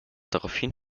daraufhin